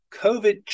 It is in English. COVID